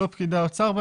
לא פקידי האוצר,